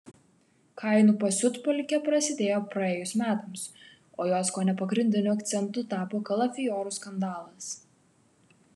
kainų pasiutpolkė prasidėjo praėjus metams o jos kone pagrindiniu akcentu tapo kalafiorų skandalas